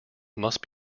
must